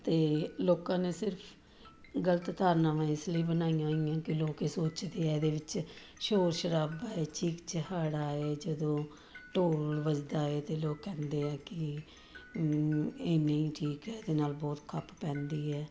ਅਤੇ ਲੋਕਾਂ ਨੇ ਸਿਰਫ ਗਲਤ ਧਾਰਨਾਵਾਂ ਇਸ ਲਈ ਬਣਾਈਆਂ ਹੋਈਆਂ ਕਿ ਲੋਕ ਇਹ ਸੋਚਦੇ ਆ ਇਹਦੇ ਵਿੱਚ ਸ਼ੋਰ ਸ਼ਰਾਬਾ ਹੈ ਚੀਕ ਚਿਹਾੜਾ ਹੈ ਜਦੋਂ ਢੋਲ ਵੱਜਦਾ ਹੈ ਤਾਂ ਲੋਕ ਕਹਿੰਦੇ ਆ ਕਿ ਇਹ ਨਹੀਂ ਠੀਕ ਹੈ ਇਹਦੇ ਨਾਲ ਬਹੁਤ ਖੱਪ ਪੈਂਦੀ ਹੈ